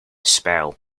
spell